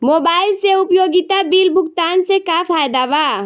Mobile से उपयोगिता bill भुगतान से का फायदा बा?